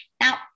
Now